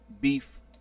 beef